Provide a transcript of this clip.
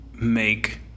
make